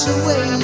away